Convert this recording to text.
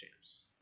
champs